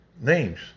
names